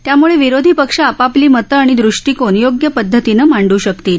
त्यामुळे विरोधी पक्ष आपापली मतं आणि दृष्टीकोन योग्य पदधतीनं मांडू शकतील